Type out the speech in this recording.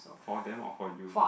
for them or for you